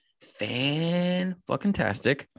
fan-fucking-tastic